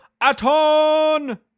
Aton